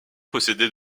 possédait